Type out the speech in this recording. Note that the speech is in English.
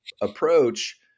approach